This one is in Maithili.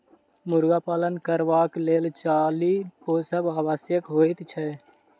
मुर्गा पालन करबाक लेल चाली पोसब आवश्यक होइत छै